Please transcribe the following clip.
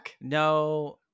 No